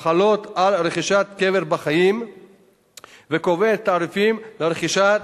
החלות על רכישת קבר בחיים וקובע את התעריפים לרכישת